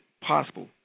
possible